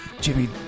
Jimmy